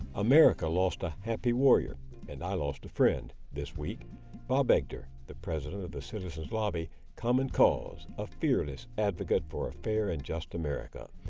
america lost a happy warrior and i lost a friend this week bob edgar, the president of the citizens' lobby common cause. a fearless advocate for a fair and just america.